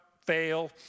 Fail